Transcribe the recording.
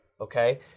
Okay